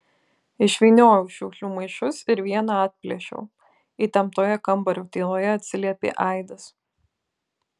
išvyniojau šiukšlių maišus ir vieną atplėšiau įtemptoje kambario tyloje atsiliepė aidas